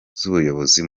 z’ubuyobozi